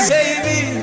Baby